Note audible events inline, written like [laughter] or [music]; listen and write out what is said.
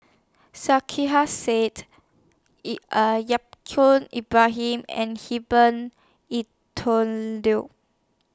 Sarkasi Said [unintelligible] Yaacob Ibrahim and Herbert [unintelligible]